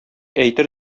әйтер